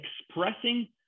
expressing